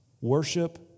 worship